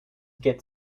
get